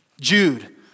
Jude